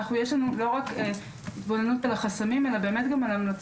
יש לנו לא רק התבוננות על החסמים אלא גם המלצות